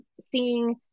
Seeing